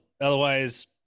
Otherwise